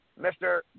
Mr